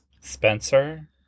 Spencer